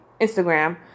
Instagram